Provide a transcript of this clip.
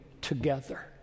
together